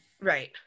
Right